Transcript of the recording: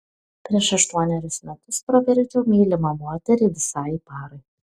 prieš aštuonerius metus pravirkdžiau mylimą moterį visai parai